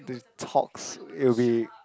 the talks it will be